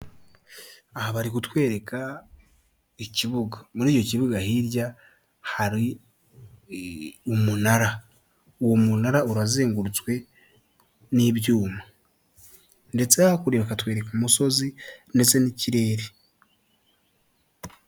Aha bari kutwereka ikibuga, muri icyo kibuga hirya hari umunara, uwo munara urazengurutswe n'ibyuma, ndetse hakurya bakatwereka umusozi ndetse n'ikirere.